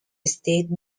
estate